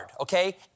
okay